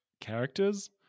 characters